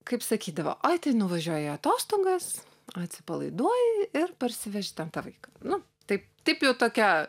kaip sakydavo oi tai nuvažiuoji į atostogas atsipalaiduoji ir parsiveži ten tą vaiką nu taip taip jau tokia